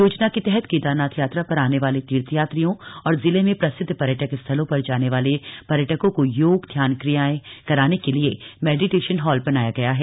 योजना के तहत केदारनाथ यात्रा पर आने वाले तीर्थयात्रियों और जिले में प्रसिद्ध पर्यटक स्थलों पर जाने वाले पर्यटकों को योग ध्यान क्रियाएं कराने के लिए मेडीटेशन हॉल बनाया गया है